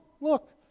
look